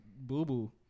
boo-boo